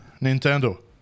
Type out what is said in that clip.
Nintendo